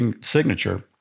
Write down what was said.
signature